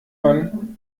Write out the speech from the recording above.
man